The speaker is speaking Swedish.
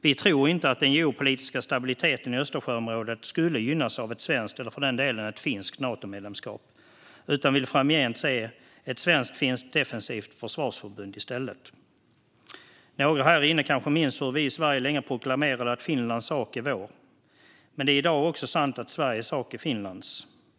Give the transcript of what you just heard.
Vi tror inte att den geopolitiska stabiliteten i Östersjöområdet skulle gynnas av ett svenskt, eller för den delen ett finskt, Natomedlemskap, utan vi vill framgent se ett svensk-finskt defensivt försvarsförbund i stället. Några här inne kanske minns hur vi i Sverige länge proklamerade att Finlands sak är vår, men det är i dag också sant att Sveriges sak är Finlands.